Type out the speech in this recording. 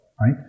right